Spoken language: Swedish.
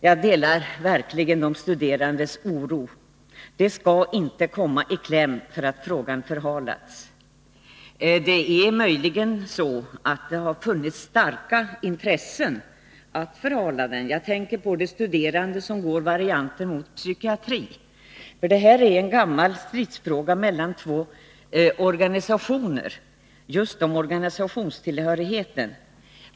Jag delar verkligen de studerandes oro. De skall inte komma i kläm därför att frågan har förhalats. Möjligen har det funnits starka intressen av att förhala den. Jag tänker på de studerande som går varianten med psykiatri. Just organisationstillhörigheten är en gammal stridsfråga mellan två organisationer.